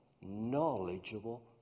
knowledgeable